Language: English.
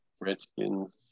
Redskins